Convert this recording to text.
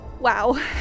Wow